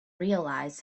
realize